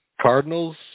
Cardinals